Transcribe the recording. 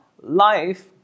life